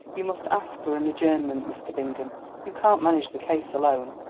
you must ask for an adjournment, mr. bingham you can't manage the case alone.